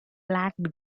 lacked